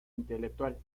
intelectual